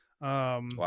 Wow